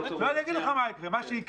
אני אגיד לך מה יקרה.